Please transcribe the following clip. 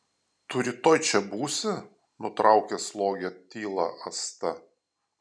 tu rytoj čia būsi nutraukė slogią tylą asta